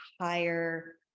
higher